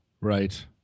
Right